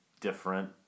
different